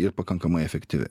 ir pakankamai efektyvi